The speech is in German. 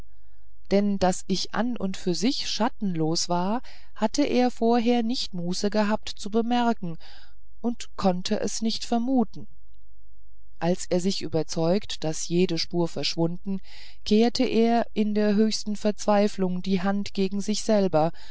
denn daß ich an und für mich schattenlos war hatte er vorher nicht muße gehabt zu bemerken und konnte es nicht vermuten als er sich überzeugt daß jede spur verschwunden kehrte er in der höchsten verzweiflung die hand gegen sich selber